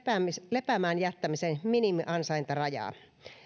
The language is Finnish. lepäämään jättämisen minimiansaintarajaa